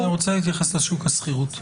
אני רוצה להתייחס לשוק השכירות.